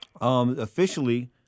officially